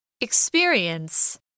Experience